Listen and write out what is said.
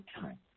time